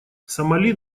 сомали